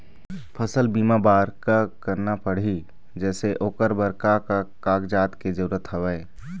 फसल बीमा बार का करना पड़ही जैसे ओकर बर का का कागजात के जरूरत हवे?